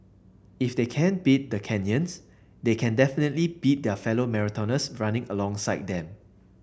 if they can't beat the Kenyans they can definitely beat their fellow marathoners running alongside them